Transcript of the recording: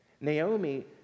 Naomi